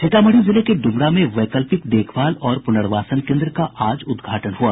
सीतामढ़ी जिले के ड्मरा में वैकल्पिक देखभाल और प्रनवार्सन केन्द्र का आज उद्घाटन हुआ